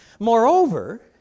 Moreover